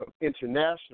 international